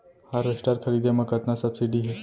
Harvester खरीदे म कतना सब्सिडी हे?